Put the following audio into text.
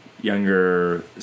younger